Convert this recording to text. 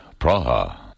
Praha